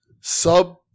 Sub